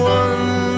one